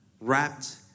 wrapped